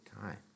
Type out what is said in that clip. time